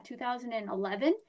2011